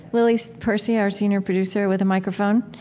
lily percy, our senior producer, with a microphone.